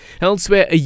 Elsewhere